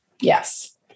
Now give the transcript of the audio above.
yes